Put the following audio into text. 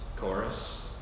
chorus